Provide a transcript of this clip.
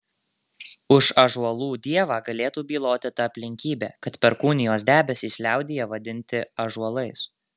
už ąžuolų dievą galėtų byloti ta aplinkybė kad perkūnijos debesys liaudyje vadinti ąžuolais